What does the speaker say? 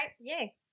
Yay